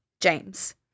James